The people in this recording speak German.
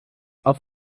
auf